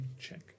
check